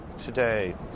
today